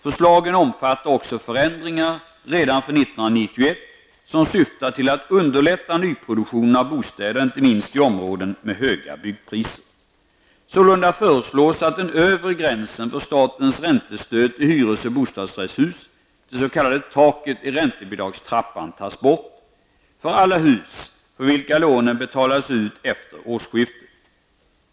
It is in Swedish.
Förslagen omfattar också förändringar redan för år 1991 och syftar till att underlätta nyproduktionen av bostäder inte minst i områden med höga byggpriser. taket i räntebidragstrappan -- tas bort för alla hus för vilka lånen betalas ut efter årsskiftet.